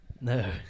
No